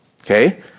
okay